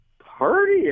Party